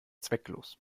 zwecklos